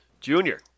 Junior